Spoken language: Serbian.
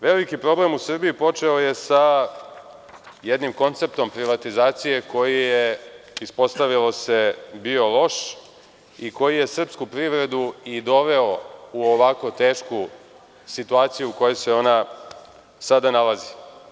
Veliki problem u Srbiji počeo je sa jednim konceptom privatizacije koji je, ispostavilo se, bio loš i koji je srpsku privredu i doveo u ovako tešku situaciju u kojoj se ona sada nalazi.